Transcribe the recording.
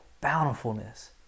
bountifulness